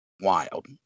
wild